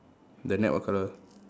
the net what colour